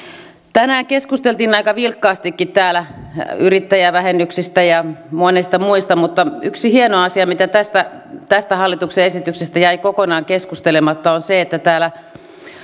tänään keskusteltiin aika vilkkaastikin täällä yrittäjävähennyksistä ja monista muista mutta yksi hieno asia mikä tästä hallituksen esityksestä jäi kokonaan keskustelematta on se että täällä